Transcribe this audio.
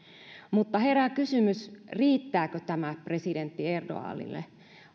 mutta herää kysymys riittääkö tämä presidentti erdoganille